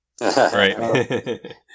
Right